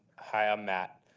hi, i'm matt.